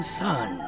son